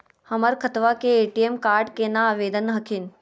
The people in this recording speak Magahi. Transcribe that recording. हमर खतवा के ए.टी.एम कार्ड केना आवेदन हखिन?